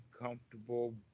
comfortable